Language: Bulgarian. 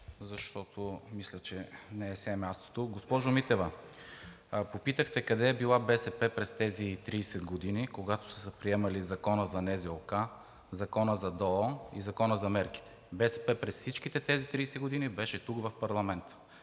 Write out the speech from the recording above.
защото мисля, че не е сега мястото. Госпожо Митева, попитахте къде е била БСП през тези 30 години, когато са се приемали Законът за НЗОК, Законът за ДОО и Законът за мерките. БСП през всичките тези 30 години беше тук в парламента